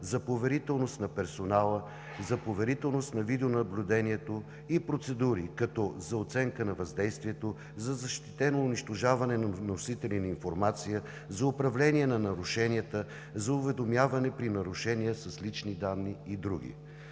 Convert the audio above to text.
за поверителност на персонала, за поверителност на видеонаблюдението и процедури – за оценка на въздействието, за защитено унищожаване на носители на информация, за управление на нарушенията, за уведомяване при нарушения с лични данни и други.